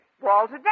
Walter